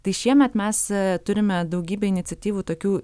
tai šiemet mes turime daugybę iniciatyvų tokių